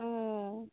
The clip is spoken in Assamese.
অঁ